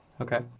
okay